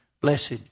Blessed